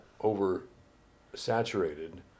over-saturated